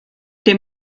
dem